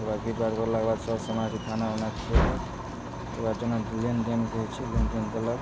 तेकर बाद विध बाध भेलाके बाद सर समाजके खाना ओना खिएलक तेकर बाद जेना लेनदेनके होइत छै लेनदेन देलक